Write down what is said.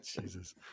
Jesus